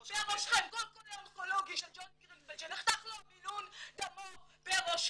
כל חולה אונקולוגי של ג'וני גרינפלד שנחתך לו המינון דמו בראשכם.